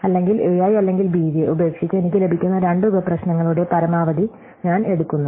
അല്ലെങ്കിൽ a i അല്ലെങ്കിൽ b j ഉപേക്ഷിച്ച് എനിക്ക് ലഭിക്കുന്ന രണ്ട് ഉപ പ്രശ്നങ്ങളുടെ പരമാവധി ഞാൻ എടുക്കുന്നു